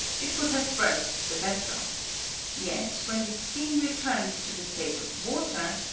it would have burst the vessel yet, when the steam returns to the state of water,